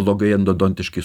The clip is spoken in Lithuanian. blogai endodontiškai